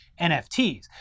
NFTs